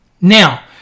Now